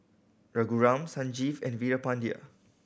Raghuram Sanjeev and Veerapandiya